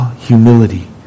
humility